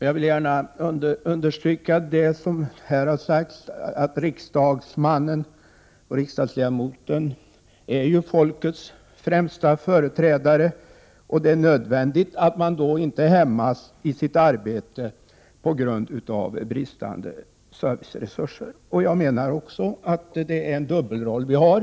Jag vill gärna understryka det som här har sagts, att riksdagsledamoten är folkets främsta företrädare, och att det är nödvändigt att riksdagsledamoten inte hämmas i sitt arbete på grund av bristande serviceresurser. Jag menar också att det är en dubbelroll vi har.